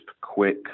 quick